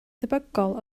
debygol